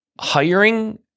Hiring